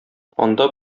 анда